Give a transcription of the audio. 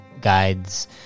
guides